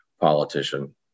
politician